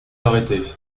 arrêtée